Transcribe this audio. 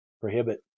prohibit